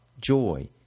joy